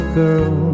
girl